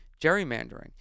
gerrymandering